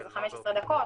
שזה 15 דקות,